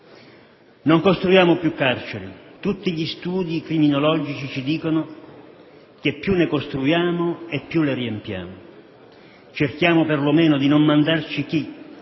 Non costruiamo più carceri. Tutti gli studi criminologici ci dicono che più ne costruiamo più le riempiamo. Cerchiamo perlomeno di non mandarci chi,